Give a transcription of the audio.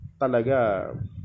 Talaga